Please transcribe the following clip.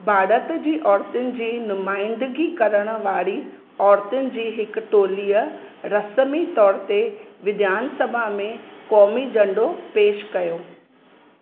भारत जी औरतुनि जी नुमाइदंगी करण वारी औरतुनि जी हिकु टोलीअ रस्मी तौर ते विधानसभा में क़ौमी झंडो पेशु कयो